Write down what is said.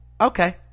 okay